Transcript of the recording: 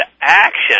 action